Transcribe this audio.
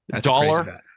Dollar